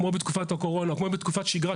כמו בתקופת הקורונה או כמו בתקופת שגרה,